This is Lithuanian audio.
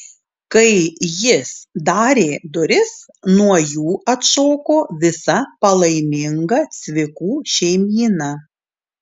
kai jis darė duris nuo jų atšoko visa palaiminga cvikų šeimyna